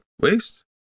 waste